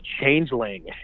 Changeling